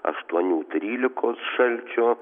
aštuonių trylikos šalčio